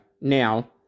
now